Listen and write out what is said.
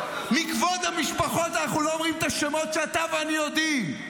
מכבוד המשפחות אנחנו לא אומרים את השמות שאתה ואני יודעים,